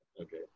Okay